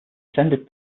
ascended